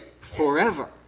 forever